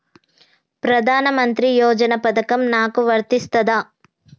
ప్రధానమంత్రి యోజన పథకం నాకు వర్తిస్తదా?